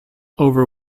over